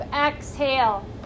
exhale